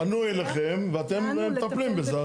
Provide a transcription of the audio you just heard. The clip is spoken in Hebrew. פנו אליכם ואתם מטפלים בזה.